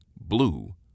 blue